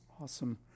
Awesome